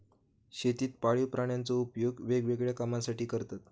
शेतीत पाळीव प्राण्यांचो उपयोग वेगवेगळ्या कामांसाठी करतत